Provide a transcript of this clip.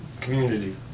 community